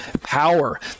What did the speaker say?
power